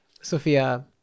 Sophia